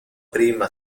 prima